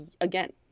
again